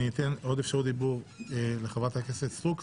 אני אתן עוד אפשרות דיבור לחברת הכנסת סטרוק.